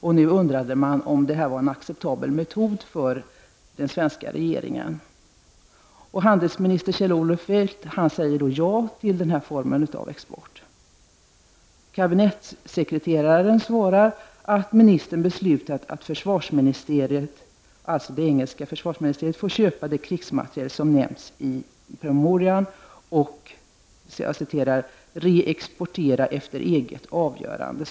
Man ville veta om detta var en acceptabel metod för den svenska regeringen. Dåvarande handelsminister Kjell-Olof Feldt sade ja till den formen av export. Kabinettsekreteraren svarade att ministern beslutat att det engelska försvarsministeriet får köpa den krigsmateriel som nämnts i promemorian och ”reexportera efter eget avgörande”.